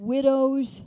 Widows